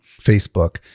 Facebook